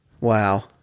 wow